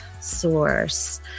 source